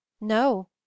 no